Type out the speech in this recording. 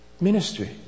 ministry